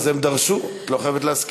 אז הם דרשו, את לא חייבת להסכים.